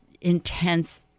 intense